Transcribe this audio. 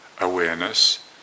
awareness